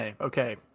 Okay